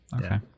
Okay